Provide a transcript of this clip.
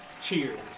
cheers